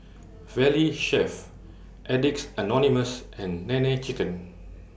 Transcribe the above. Valley Chef Addicts Anonymous and Nene Chicken